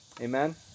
Amen